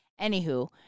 Anywho